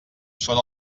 són